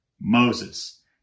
Moses